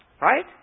right